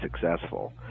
successful